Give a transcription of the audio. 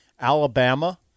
Alabama